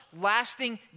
lasting